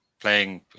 playing